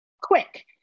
quick